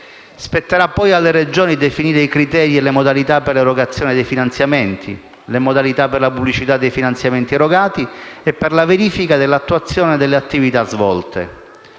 Spetterà poi alle Regioni definire i criteri e modalità per l'erogazione dei finanziamenti, le modalità per la pubblicità dei finanziamenti erogati e per la verifica dell'attuazione delle attività svolte.